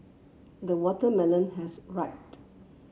the watermelon has